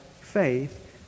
faith